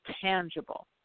tangible